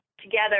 together